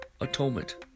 Atonement